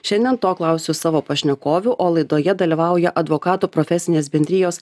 šiandien to klausiu savo pašnekovių o laidoje dalyvauja advokatų profesinės bendrijos